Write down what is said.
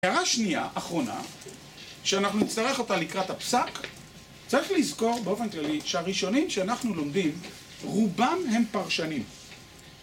הערה שנייה, אחרונה, שאנחנו נצטרך אותה לקראת הפסק, צריך לזכור באופן כללי שהראשונים שאנחנו לומדים, רובם הם פרשנים.